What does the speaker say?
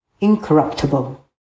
incorruptible